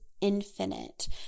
infinite